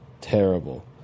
Terrible